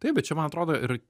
taip bet čia man atrodo ir